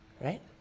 right